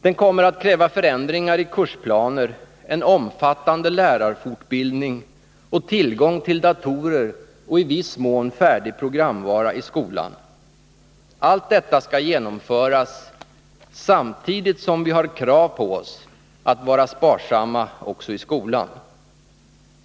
Den kommer att kräva förändringar i kursplaner, en omfattande lärarfortbildning och tillgång till datorer och i viss mån färdig programvara i skolan. Allt detta skall genomföras samtidigt som vi har krav på oss att vara sparsamma också i skolan.